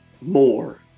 more